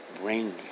Bring